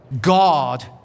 God